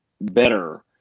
better